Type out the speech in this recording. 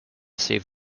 save